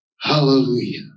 Hallelujah